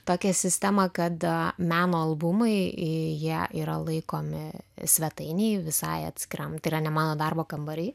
tokią sistemą kad meno albumai jie yra laikomi svetainėj visai atskiram tai yra ne mano darbo kambary